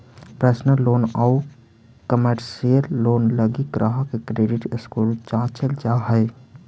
personal loan आउ commercial loan लगी ग्राहक के क्रेडिट स्कोर जांचल जा हइ